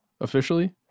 officially